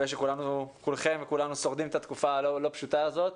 מקווה שכולכם וכולנו שורדים את התקופה הלא פשוטה הזאת,